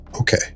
Okay